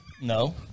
No